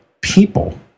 people